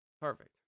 Perfect